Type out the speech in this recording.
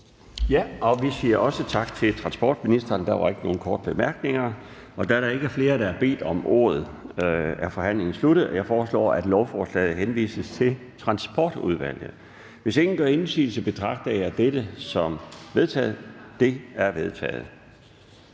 Vi siger også tak til transportministeren. Der var ikke nogen korte bemærkninger. Da der ikke er flere, der har bedt om ordet, er forhandlingen sluttet. Jeg foreslår, at lovforslaget henvises til Transportudvalget. Hvis ingen gør indsigelse, betragter jeg dette som vedtaget. Det er vedtaget.